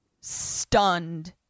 stunned